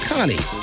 Connie